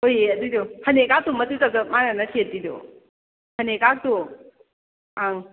ꯍꯣꯏꯌꯦ ꯑꯗꯨꯒꯤꯗꯣ ꯐꯅꯦꯛꯀꯗꯣ ꯃꯆꯨ ꯆꯞ ꯆꯞ ꯃꯥꯟꯅꯅ ꯁꯦꯠꯄꯤꯗꯣ ꯐꯅꯦꯛꯀꯗꯣ